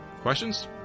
questions